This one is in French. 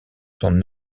son